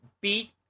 beat